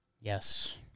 Yes